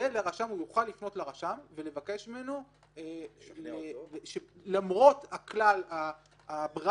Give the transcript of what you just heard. הוא יוכל לפנות לרשם ולבקש ממנו שלמרות ברירת